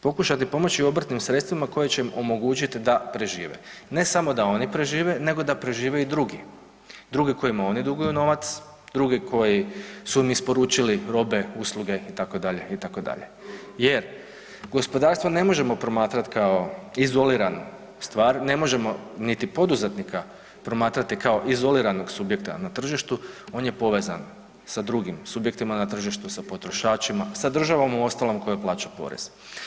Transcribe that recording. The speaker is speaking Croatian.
Pokušati pomoći obrtnim sredstvima koji će im omogućit da prežive, ne samo da oni prežive nego da prežive i drugi, drugi kojima oni duguju novac, drugi koji su im isporučili robe, usluge itd., itd. jer gospodarstvo ne možemo promatrat kao izolirano, u stvari ne možemo niti poduzetnika promatrati kao izoliranog subjekta na tržištu, on je povezan sa drugim subjektima na tržištu, sa potrošačima, sa državom uostalom kojoj plaća porez.